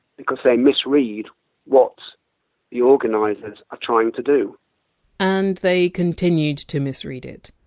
because they misread what the organizers are trying to do and they continued to misread it.